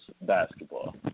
basketball